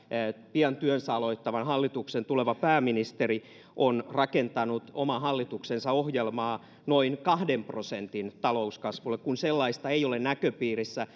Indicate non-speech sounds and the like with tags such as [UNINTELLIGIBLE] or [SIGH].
pian työnsä aloittavan hallituksen tuleva pääministeri on rakentanut oman hallituksensa ohjelmaa noin kahden prosentin talouskasvulle kun sellaista ei ole näköpiirissä [UNINTELLIGIBLE]